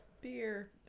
beer